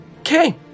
Okay